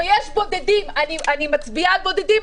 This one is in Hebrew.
ויש בודדים אני מצביעה על בודדים,